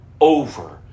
over